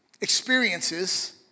experiences